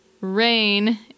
rain